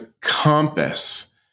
compass